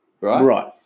right